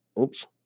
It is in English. oops